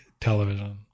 television